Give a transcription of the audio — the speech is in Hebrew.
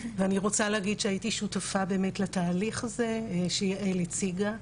ואני רוצה להגיד שהייתי שותפה באמת לתהליך הזה שיעל הציגה.